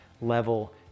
level